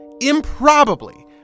improbably